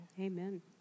Amen